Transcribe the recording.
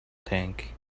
tank